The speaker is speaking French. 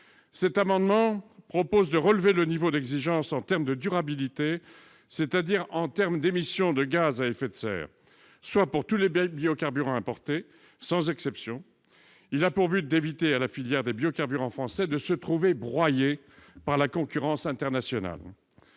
Cet amendement tend à relever le niveau d'exigence en termes de durabilité, c'est-à-dire en termes d'émission de gaz à effet de serre pour tous les biocarburants importés sans exception. Il a pour objet d'éviter à la filière des biocarburants français de se trouver broyée par la concurrence internationale.